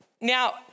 Now